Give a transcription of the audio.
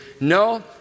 No